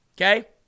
Okay